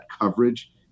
coverage